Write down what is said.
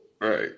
Right